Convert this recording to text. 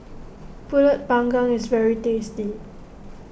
Pulut Panggang is very tasty